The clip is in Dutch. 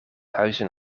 huizen